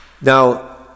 Now